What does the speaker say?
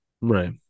right